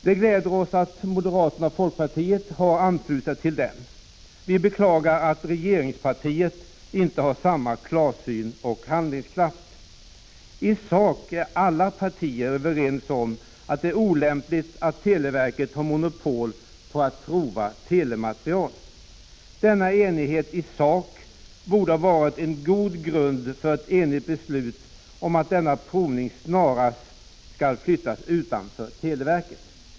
Det gläder oss att moderaterna och folkpartiet har anslutit sig till den. Vi beklagar att regeringspartiet inte har samma klarsyn och handlingskraft. I sak är alla partier överens om att det är olämpligt att televerket har monopol på att prova telematerial. Denna enighet i sak borde ha varit en god grund för ett enigt beslut om att denna provning snarast skall flyttas utanför televerket.